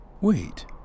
Wait